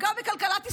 אפגע בכלכלת ישראל,